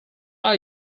are